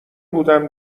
بودم